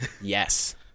Yes